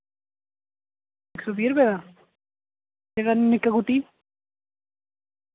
इक सौ बीह् रपे दा ते निक्की गुट्टी